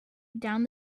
down